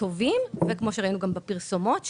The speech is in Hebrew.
וטובים כמו שראינו בפרסומות,